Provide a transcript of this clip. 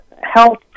health